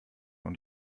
und